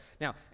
Now